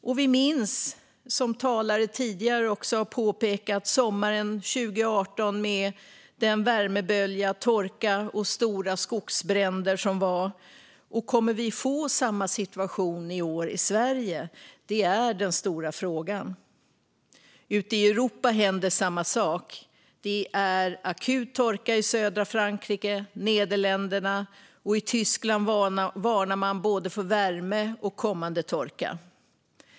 Vi minns sommaren 2018, som tidigare talare också nämnt, med värmebölja, torka och stora skogsbränder. Kommer vi att få samma situation i år igen i Sverige? Det är den stora frågan. Ute i Europa händer samma sak. Det är akut torka i södra Frankrike och i Nederländerna, och i Tyskland varnar man för både värme och kommande torka.